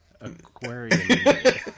aquarium